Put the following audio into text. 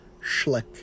schlick